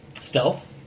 stealth